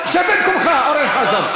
שב במקומך, אורן חזן.